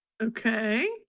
okay